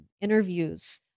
interviews